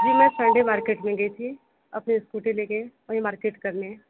जी मैं Sunday market में गई थी अपनी स्कूटी ले कर वहीं मार्केट करने